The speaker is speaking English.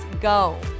go